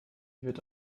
wird